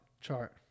chart